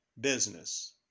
business